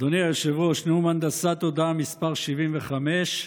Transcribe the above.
אדוני היושב-ראש, נאום הנדסת תודעה מס' 75,